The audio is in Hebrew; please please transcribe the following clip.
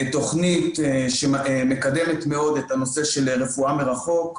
תוכנית שמקדמת מאוד את הנושא של רפואה מרחוק,